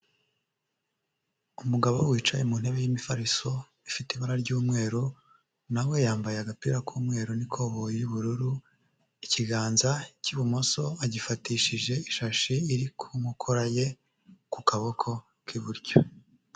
Umugabo wicaye mu ntebe y'imifariso ifite ibara ry'umweru, na we yambaye agapira k'umweru n'ikoboyi y'ubururu, ikiganza cy'ibumoso agifatishije ishashi iri ku nkokora ye ku kaboko k'iburyo.